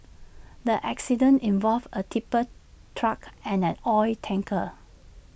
the accident involved A tipper truck and an oil tanker